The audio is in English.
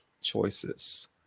choices